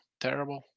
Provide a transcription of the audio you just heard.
Terrible